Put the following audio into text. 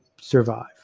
survive